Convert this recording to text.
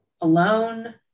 alone